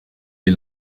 des